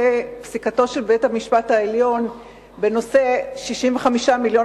לפסיקתו של בית-המשפט העליון בנושא 65 מיליון